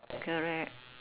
correct